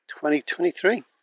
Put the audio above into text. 2023